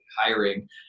hiring